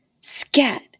scat